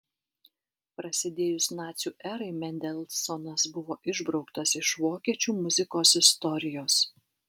prasidėjus nacių erai mendelsonas buvo išbrauktas iš vokiečių muzikos istorijos